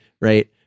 right